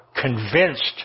convinced